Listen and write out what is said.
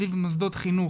סביב מוסדות חינוך,